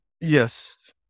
Yes